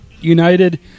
United